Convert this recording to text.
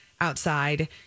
outside